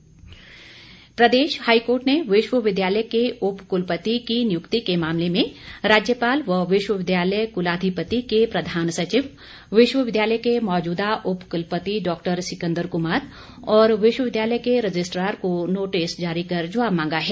high court प्रदेश high court ने विश्वविद्यालय के उपकुलपति की नियुक्ति के मामले में राज्यपाल व विश्वविद्यालय कुलाधिपति के प्रधानसचिव विश्वविद्यालय के मौजूदा उपकुलपति डॉक्टर सिकन्दर कुमार और विश्वविद्यालय के रजिस्ट्रार को नोटिस जारी कर जबाब मांगा है